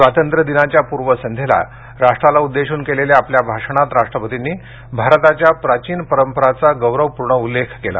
स्वातंत्र्य दिनाच्या पूर्वसंध्येला राष्ट्राला उद्देशून केलेल्या आपल्या भाषणात राष्ट्रपतींनी भारताच्या प्राचीन परंपरांचा गौरवपूर्ण उल्लेख केला